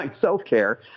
self-care